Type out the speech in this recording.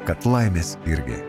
kad laimės irgi